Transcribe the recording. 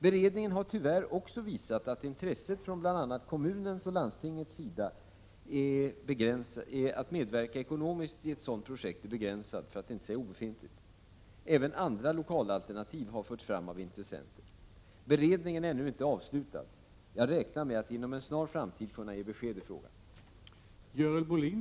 Beredningen har tyvärr också visat att intresset från bl.a. kommunens och landstingets sida att medverka ekonomiskt i ett sådant projekt är begränsat, för att inte säga obefintligt. Även andra lokalalternativ har förts fram av intressenter. Beredningen är ännu inte avslutad. Jag räknar med att inom en snar framtid kunna ge besked i frågan.